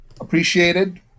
appreciated